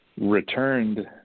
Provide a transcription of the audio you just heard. returned